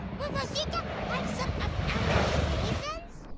rosita like some of elmo's raisins?